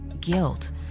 guilt